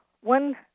one